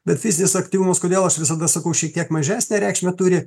bet fizinis aktyvumas kodėl aš visada sakau šiek tiek mažesnę reikšmę turi